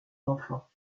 d’enfants